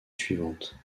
suivante